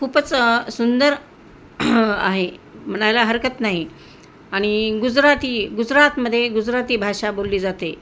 खूपच सुंदर आहे म्हणायला हरकत नाही आणि गुजराती गुजरातमध्ये गुजराती भाषा बोलली जाते